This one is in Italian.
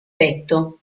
petto